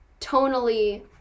tonally